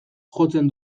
jotzen